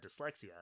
dyslexia